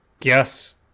Yes